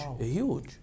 huge